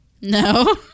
No